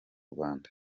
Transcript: rwanda